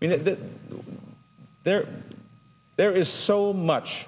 that they're there is so much